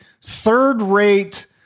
third-rate